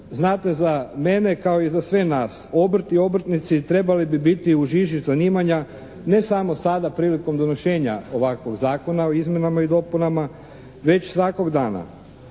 znate za mene kao i za sve nas obrt i obrtnici trebali bi biti u žiži zanimanja ne samo sada prilikom donošenja ovakvog zakona o izmjenama i dopunama već svakog dana